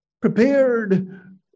Prepared